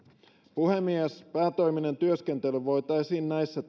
puhemies päätoiminen työskentely voitaisiin näissä